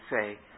say